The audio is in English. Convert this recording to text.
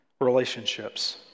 relationships